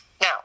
now